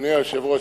אדוני היושב-ראש,